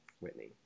Whitney